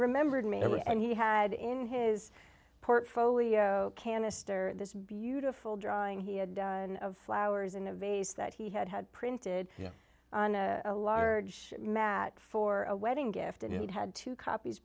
remembered me and he had in his portfolio cannister this beautiful drawing he had done of flowers in a vase that he had had printed a large mat for a wedding gift and he'd had two copies